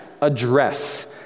address